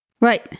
Right